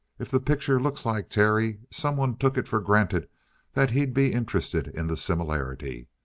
if the picture looks like terry, someone took it for granted that he'd be interested in the similarity.